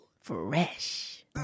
Fresh